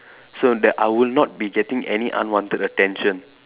so that I will not be getting any unwanted attention